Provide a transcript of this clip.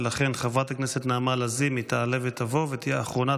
לכן חברת הכנסת נעמה לזימי תעלה ותבוא ותהיה אחרונת